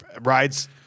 rides